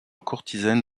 courtisane